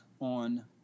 on